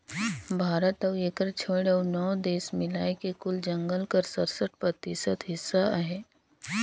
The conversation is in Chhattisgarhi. भारत अउ एकर छोंएड़ अउ नव देस मिलाए के कुल जंगल कर सरसठ परतिसत हिस्सा अहे